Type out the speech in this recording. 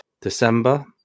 December